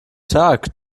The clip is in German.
tag